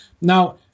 now